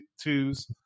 twos